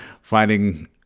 finding